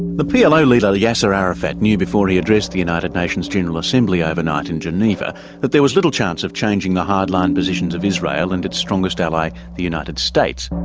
the plo leader, yasser arafat, knew before he addressed the united nations general assembly overnight in geneva that there was little chance of changing the hard-line positions of israel and its strongest ally, the united states.